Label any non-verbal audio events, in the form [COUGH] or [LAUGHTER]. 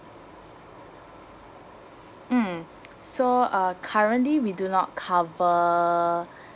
mm so uh currently we do not cover [BREATH]